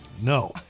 No